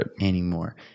anymore